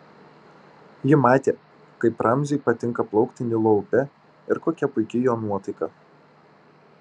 ji matė kaip ramziui patinka plaukti nilo upe ir kokia puiki jo nuotaika